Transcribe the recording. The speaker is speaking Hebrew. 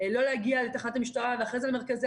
לא להגיע לתחנת המשטרה ואחר כך למרכזי